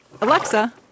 Alexa